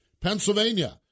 Pennsylvania